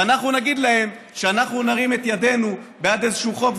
ואנחנו נגיד להם שאנחנו נרים את ידנו בעד איזשהו חוק,